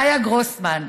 חיה גרוסמן.